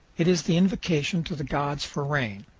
it is the invocation to the gods for rain.